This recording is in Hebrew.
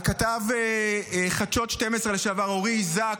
על כתב חדשות 12 לשעבר אורי איזק,